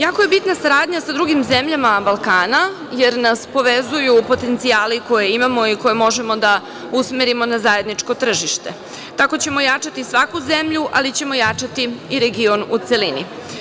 Jako je bitna saradnja sa drugim zemljama Balkana, jer nas povezuju potencijali koje imamo i koje možemo da usmerimo na zajedničko tržište, tako ćemo jačati svaku zemlju, ali ćemo jačati i region u celini.